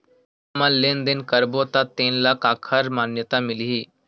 हमन लेन देन करबो त तेन ल काखर मान्यता मिलही?